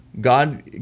God